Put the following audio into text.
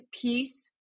peace